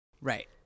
Right